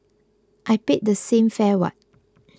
I paid the same fare what